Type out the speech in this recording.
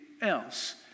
else